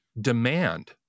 demand